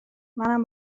منم